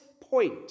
point